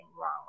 wrong